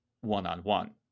one-on-one